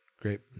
Great